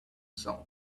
sound